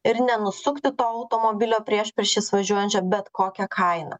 ir nenusukti to automobilio priešpriešiais važiuojančio bet kokia kaina